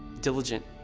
diligent,